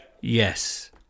Yes